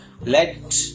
let